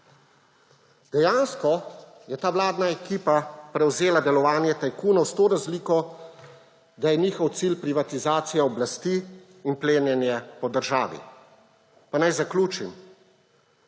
Dejansko je ta vladna ekipa prevzela delovanje tajkunov, s to razliko, da je njihov cilj privatizacija oblasti in plenjenje po državi. Pa naj zaključim.